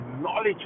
knowledge